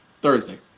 Thursday